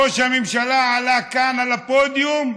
ראש הממשלה עלה כאן על הפודיום: